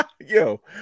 Yo